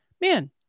Man